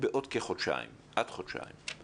בעוד כחודשיים, עד חודשיים,